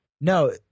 no